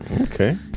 okay